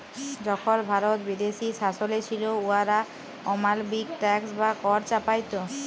যখল ভারত বিদেশী শাসলে ছিল, উয়ারা অমালবিক ট্যাক্স বা কর চাপাইত